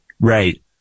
Right